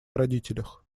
родителях